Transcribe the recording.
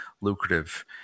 lucrative